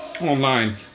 online